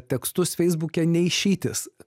tekstus feisbuke ne išeitis